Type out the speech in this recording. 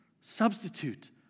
substitute